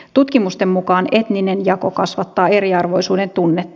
tutkimusten mukaan etninen jako kasvattaa eriarvoisuuden tunnetta